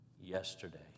yesterday